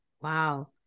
Wow